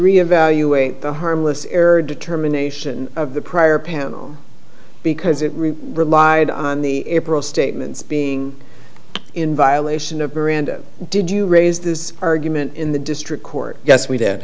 reevaluating the harmless error determination of the prior panel because it relied on the statements being in violation of grand did you raise this argument in the district court yes we did